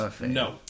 No